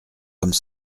comme